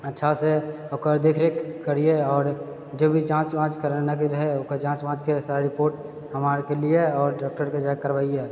अच्छासँ ओकर देखरेख करिऐ आओर जो भी जाँच वांँच करेनाए रहै ओकर जाँच वांँचके सारा रिपोर्ट हमरा आरके लिए आओर डॉक्टरके जाएके करबाइऐ